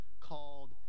called